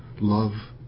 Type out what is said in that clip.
love